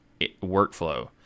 workflow